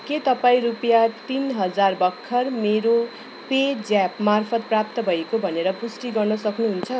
के तपाईँ रुपियाँ तिन हजार भर्खर मेरो पे ज्याप मार्फत प्राप्त भएको भनेर पुष्टि गर्न सक्नुहुन्छ